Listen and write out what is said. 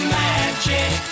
magic